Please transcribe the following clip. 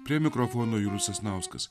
prie mikrofono julius sasnauskas